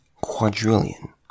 quadrillion